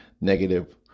negative